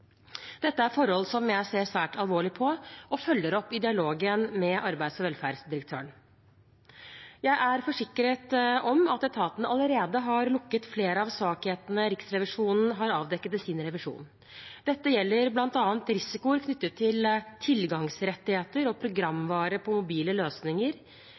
Dette er forhold som jeg ser svært alvorlig på, og følger opp i dialogen med arbeids- og velferdsdirektøren. Jeg er forsikret om at etaten allerede har lukket flere av svakhetene Riksrevisjonen har avdekket i sin revisjon. Dette gjelder bl.a. risikoer knyttet til tilgangsrettigheter og programvare på mobile løsninger,